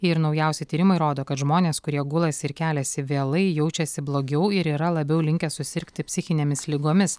ir naujausi tyrimai rodo kad žmonės kurie gulasi ir keliasi vėlai jaučiasi blogiau ir yra labiau linkę susirgti psichinėmis ligomis